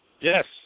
Yes